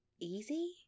easy